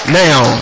now